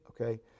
okay